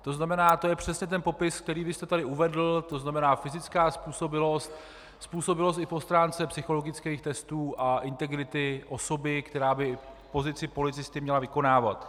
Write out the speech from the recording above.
To znamená, to je přesně ten popis, který vy jste tady uvedl, to znamená fyzická způsobilost, způsobilost i po stránce psychologických testů a integrity osoby, která by pozici policisty měla vykonávat.